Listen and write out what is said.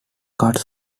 cuts